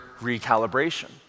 recalibration